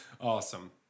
Awesome